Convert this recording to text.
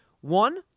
One